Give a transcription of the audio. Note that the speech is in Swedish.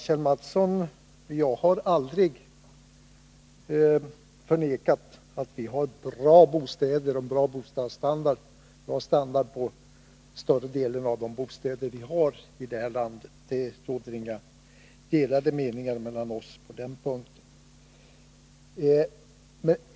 Fru talman! Jag har aldrig förnekat, Kjell Mattsson, att vi har bra bostäder och en bra standard på större delen av de bostäder vi har i det här landet. Det råder inga delade meningar mellan oss på den punkten.